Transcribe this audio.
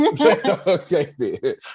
okay